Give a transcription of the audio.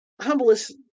humblest